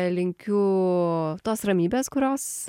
linkiu tos ramybės kurios